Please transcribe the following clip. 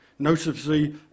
Notably